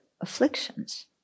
afflictions